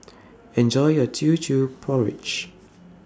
Enjoy your Teochew Porridge